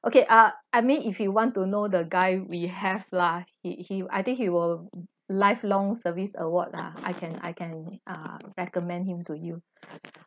okay ah I mean if you want to know the guy we have lah he he I think he will life-long service award lah I can I can ah recommend him to you